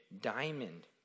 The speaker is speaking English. diamond